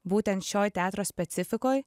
būtent šioj teatro specifikoj